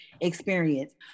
experience